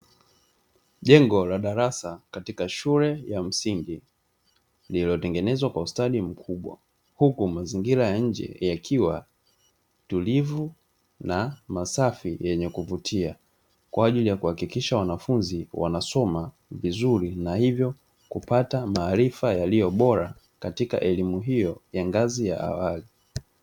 Jengo la darasa katika shule ya msingi lililotengenezwa kwa ustadi mkubwa, huku mazingira ya nje yakiwa tulivu na masafi yenye kuvutia, kwa ajili ya kuhakikisha wanafunzi wanasoma vizuri na hivyo kupata maarifa yaliyobora katika elimu hiyo ya ngazi ya awali.